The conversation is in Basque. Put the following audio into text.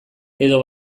edo